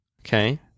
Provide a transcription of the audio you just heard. Okay